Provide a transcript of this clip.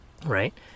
right